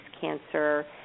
cancer